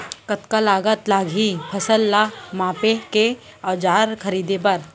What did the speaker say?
कतका लागत लागही फसल ला मापे के औज़ार खरीदे बर?